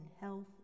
health